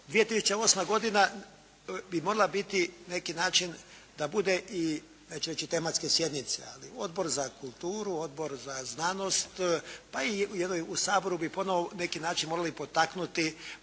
2008. godina bi morala biti na neki način da bude neću reći i tematske sjednice, ali Odbor za kulturu, Odbor za znanost pa i u Saboru bi ponovo na neki način morali potaknuti